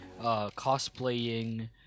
cosplaying